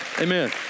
Amen